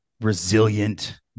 resilient